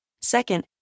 Second